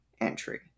entry